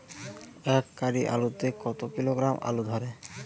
এক গাড়ি আলু তে কত কিলোগ্রাম আলু ধরে?